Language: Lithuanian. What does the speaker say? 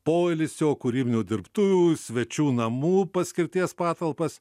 poilsio kūrybinių dirbtuvių svečių namų paskirties patalpas